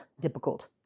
difficult